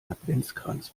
adventskranz